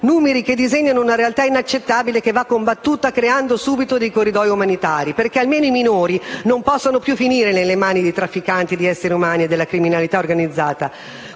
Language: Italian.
numeri disegnano una realtà inaccettabile, che va combattuta creando subito dei corridoi umanitari, perché almeno i minori non possano più finire nelle mani di trafficanti di essere umani e della criminalità organizzata.